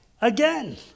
again